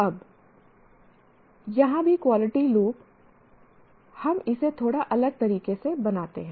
अब यहाँ भी क्वालिटी लूप हम इसे थोड़ा अलग तरीके से बनाते हैं